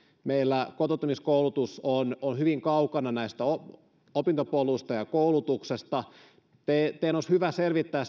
meillä kotoutumiskoulutus on on hyvin kaukana opintopolusta ja koulutuksesta teidän olisi hyvä selvittää